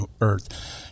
earth